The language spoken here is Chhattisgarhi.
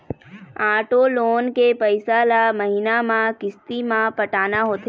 आटो लोन के पइसा ल महिना म किस्ती म पटाना होथे